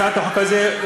את הצעת החוק הזאת,